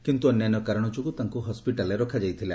କିନ୍ତୁ ଅନ୍ୟାନ୍ୟ କାରଣ ଯୋଗୁଁ ତାଙ୍କୁ ହସ୍ପିଟାଲରେ ରଖାଯାଇଥିଲା